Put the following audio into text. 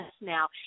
now